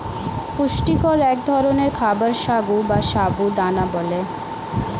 পুষ্টিকর এক ধরনের খাবার সাগু বা সাবু দানা বলে